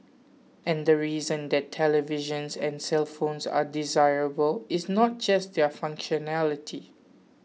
and the reason that televisions and cellphones are desirable is not just their functionality